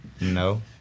No